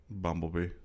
Bumblebee